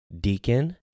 deacon